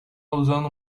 usando